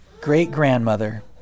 great-grandmother